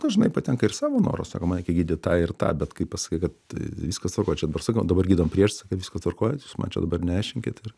dažnai patenka ir savo noru sako man reikia gydyt tą ir tą bet kai pasakai kad viskas tvarkoj čia dabar sakau dabar gydom priežastį kad viskas tvarkoj jūs man čia dabar neaiškinkit ir